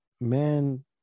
Man